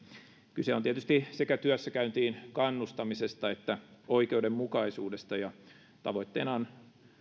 kyse on tietysti sekä työssäkäyntiin kannustamisesta että oikeudenmukaisuudesta ja tavoitteena on